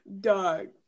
dog